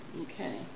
Okay